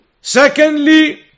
Secondly